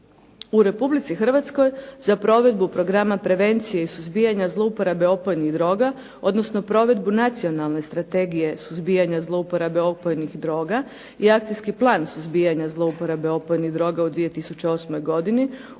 U Republici Hrvatskoj za provedbu programa prevencije i suzbijanja zlouporabe opojnih droga odnosno provedbu Nacionalne strategije suzbijanja zlouporabe opojnih droga i Akcijski plan suzbijanja zlouporabe opojnih droga u 2008. godini